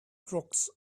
crooks